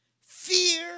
fear